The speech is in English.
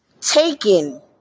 taken